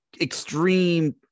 Extreme